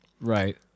Right